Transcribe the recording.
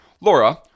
Laura